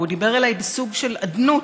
הוא דיבר אליי בסוג של אדנות,